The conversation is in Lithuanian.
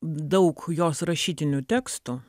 daug jos rašytinių tekstų